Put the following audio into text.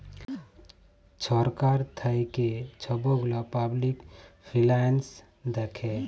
ছরকার থ্যাইকে ছব গুলা পাবলিক ফিল্যাল্স দ্যাখে